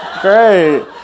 Great